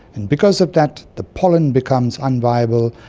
and because of that, the pollen becomes unviable,